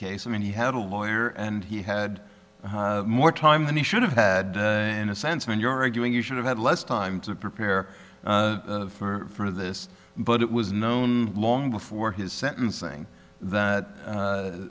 case i mean he had a lawyer and he had more time than he should have had in a sense when you're arguing you should have had less time to prepare for this but it was known long before his sentencing that